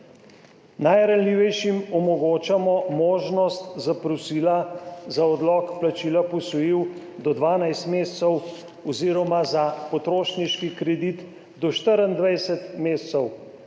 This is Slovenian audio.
Najranljivejšim omogočamo možnost zaprosila za odlog plačila posojil do 12 mesecev oziroma za potrošniški kredit do 24 mesecev,